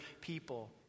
people